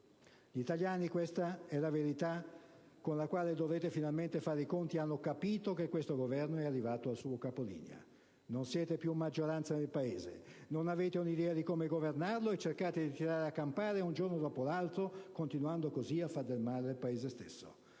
Gli italiani, questa è la verità, con la quale dovrete finalmente fare i conti, hanno capito che questo Governo è arrivato al suo capolinea. Non siete più maggioranza nel Paese, non avete un'idea di come governarlo e cercate di tirare a campare un giorno dopo l'altro, continuando così a far del male all'Italia.